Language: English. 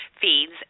feeds